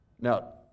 Now